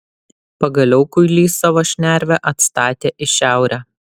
pagaliau kuilys savo šnervę atstatė į šiaurę